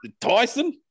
Tyson